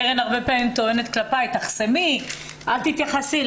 קרן הרבה עמים טוענת כלפי שאחסום, אל תתייחסי.